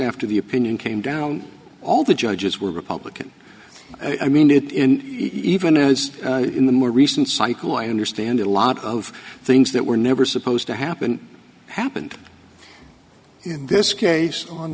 after the opinion came down all the judges were republican i mean it in even as in the more recent cycle i understand a lot of things that were never supposed to happen happened in this case on